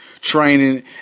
training